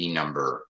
number